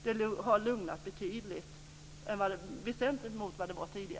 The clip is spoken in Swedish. Det har lugnat betydligt jämfört med hur det var tidigare.